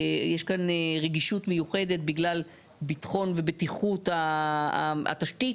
יש כאן רגישות מיוחדת בגלל ביטחון ובטיחות התשתית.